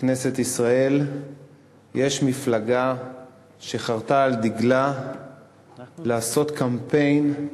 בכנסת ישראל יש מפלגה שחרתה על דגלה לעשות קמפיין,